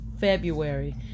February